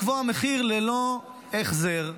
לקבוע מחיר ללא החזר.